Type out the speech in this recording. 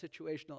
situational